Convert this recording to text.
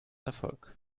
erfolg